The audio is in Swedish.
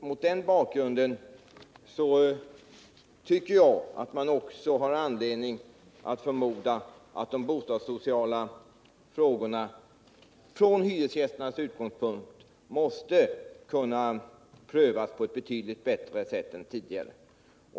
Mot den bakgrunden tycker jag att man också har anledning att förmoda att de bostadssociala frågorna måste kunna prövas på ett från hyresgästernas utgångspunkt betydligt bättre sätt än tidigare.